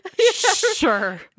sure